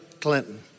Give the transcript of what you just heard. Clinton